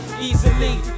Easily